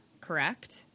correct